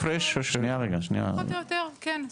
פחות או יותר כן,